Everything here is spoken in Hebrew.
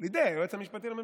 לידי היועץ המשפטי לממשלה.